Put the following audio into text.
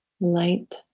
light